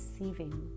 receiving